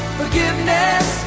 forgiveness